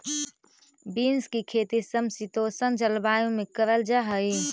beans की खेती समशीतोष्ण जलवायु में करल जा हई